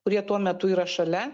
kurie tuo metu yra šalia